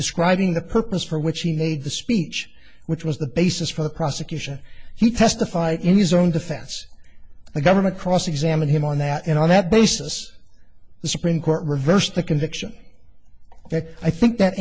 describing the purpose for which he made the speech which was the basis for the prosecution he testified in his own defense the government cross examine him on that and on that basis the supreme court reversed the conviction i think that